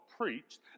preached